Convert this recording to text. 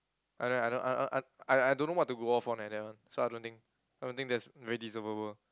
I I I I I don't know what to go off on leh that one so I don't think I don't think that's very deservable